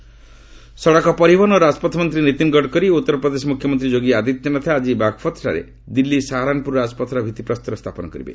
Gadkari UP ସଡ଼କ ପରିବହନ ଓ ରାଜପଥ ମନ୍ତ୍ରୀ ନୀତିନ ଗଡକରୀ ଓ ଉତ୍ତରପ୍ରଦେଶ ମୁଖ୍ୟମନ୍ତ୍ରୀ ଯୋଗୀ ଆଦିତ୍ୟନାଥ ଆଜି ବାଘପତ୍ଠାରେ ଦିଲ୍ଲୀ ଶାହାରାନପୁର ରାଜପଥର ଭିଭିପ୍ରସ୍ତର ସ୍ଥାପନ କରିବେ